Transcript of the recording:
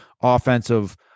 offensive